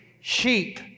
sheep